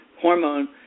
hormone